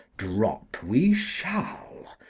drop we shall,